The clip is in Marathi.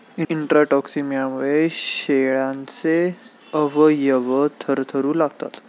इंट्राटॉक्सिमियामुळे शेळ्यांचे अवयव थरथरू लागतात